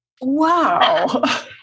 Wow